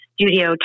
studio